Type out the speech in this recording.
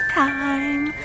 time